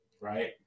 right